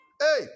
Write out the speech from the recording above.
Hey